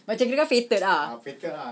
macam kirakan fated ah